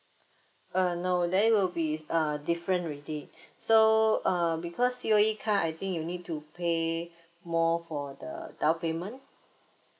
uh no then will be uh different already so uh because C_O_E car I think you need to pay more for the down payment